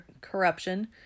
corruption